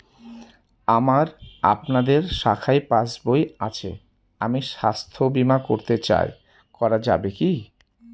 আমার আপনাদের শাখায় পাসবই আছে আমি স্বাস্থ্য বিমা করতে চাই করা যাবে কি?